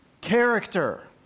character